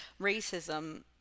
racism